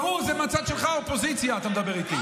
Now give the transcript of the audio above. ברור, זה מהצד שלך, אופוזיציה, אתה מדבר איתי.